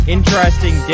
Interesting